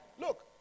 Look